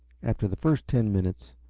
after the first ten minutes,